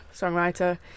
songwriter